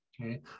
Okay